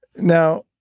now,